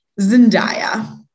Zendaya